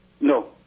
no